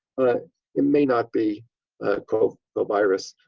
but it may not be called, the virus.